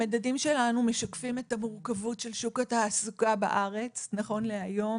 המדדים שלנו משקפים את המורכבות של שוק התעסוקה בארץ נכון להיום,